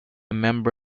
member